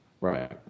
Right